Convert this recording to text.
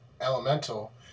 elemental